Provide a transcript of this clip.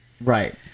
Right